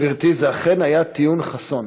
גברתי, זה אכן היה טיעון חסון.